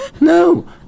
no